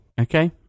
Okay